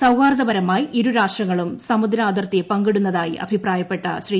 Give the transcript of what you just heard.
സൌഹാർദ്ദപരമായി ഇരുരാഷ്ട്രങ്ങളും സമുദ്ര അതിർത്തി പങ്കിടുന്നതായി അഭിപ്രായപ്പെട്ട ശ്രീ